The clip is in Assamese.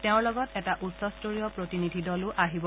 তেওঁৰ লগত এটা উচ্চ স্তৰীয় প্ৰতিনিধি দলো আহিব